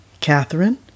Catherine